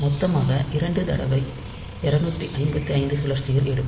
மொத்தமாக இரண்டு தடவை 255 சுழற்சிகள் எடுக்கும்